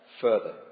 further